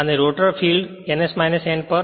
અને rotor field ns n પર